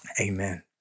amen